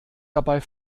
dabei